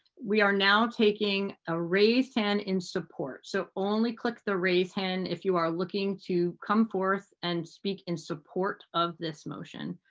we're now taking a raised hand in support. so only click the raised hand if you're looking to come forth and speak in support of this motion.